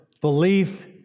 belief